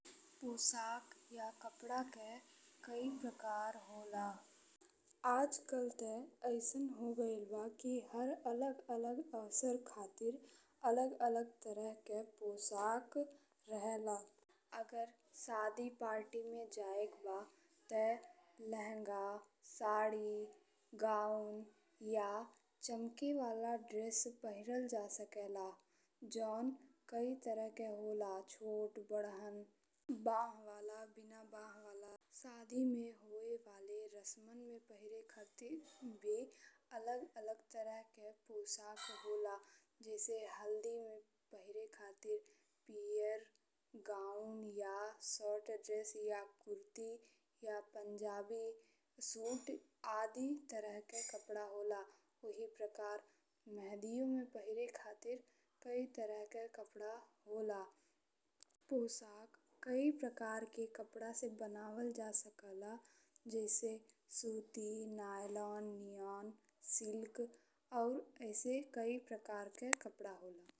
पोशाक या कपड़ा के कई प्रकार होला। आजकल ते अइसन हो गइल बा कि हर अलग-अलग अवसर खातिर अलग-अलग तरह के पोशाक रहेला। अगर सादी पार्टी में जाए के बा ते लहंगा, साड़ी, गाउन या चमके वाला ड्रेस पहिरल जा सकेला जौन कई तरह के होला छोट, बढ़न, बाह वाला बिना बाह वाला। साड़ी में होए वाले रस्मान में पहिरे खातिर भी अलग-अलग तरह के पोशाक होला। जइसे हल्दी में पियर गाउन या शॉर्ट ड्रेस या कुर्ती या पंजाबी सूट आदि तरह के कपड़ा होला। ओही प्रकार मेहंदी में पहिरे खातिर कई तरह के कपड़ा होला। पोशाक कई प्रकार के कपड़ा से बनावल जा सकेला जइसे सूती, नायलॉन, नियॉन, सिल्क और अइसन कई प्रकार के कपड़ा होला।